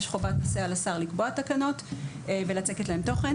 יש חובת 'עשה' על השר לקבוע תקנות ולצקת להן תוכן.